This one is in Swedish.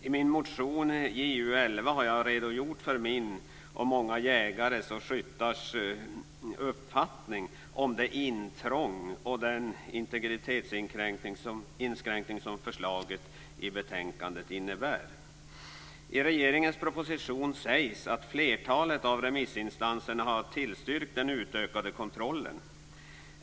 I min motion JU11 har jag redogjort för min och många jägares och skyttars uppfattning om det intrång och den integritetskränkning som förslaget i betänkandet innebär. I regeringens proposition sägs att flertalet av remissinstanserna har tillstyrkt den utökade kontrollen.